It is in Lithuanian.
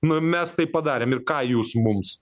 nu mes tai padarėm ir ką jūs mums